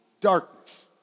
darkness